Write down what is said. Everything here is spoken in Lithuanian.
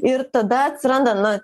ir tada atsiranda na